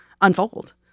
unfold